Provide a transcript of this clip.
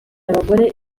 abagore